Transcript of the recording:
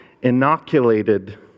inoculated